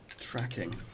Tracking